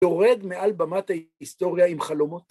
יורד מעל במת ההיסטוריה עם חלומות.